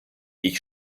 ich